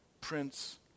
prince